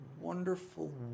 wonderful